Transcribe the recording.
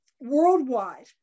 worldwide